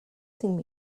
chasing